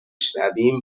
شنویم